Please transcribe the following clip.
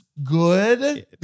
Good